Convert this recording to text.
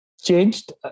changed